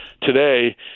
today